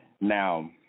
Now